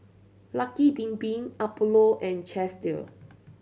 Lucky Bin Bin Apollo and Chesdale